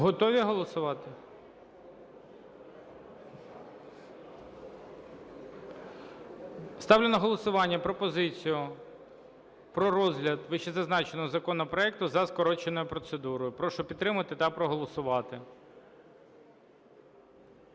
Готові голосувати? Ставлю на голосування пропозицію про розгляд вищезазначеного законопроекту за скороченою процедурою. Прошу підтримати та проголосувати.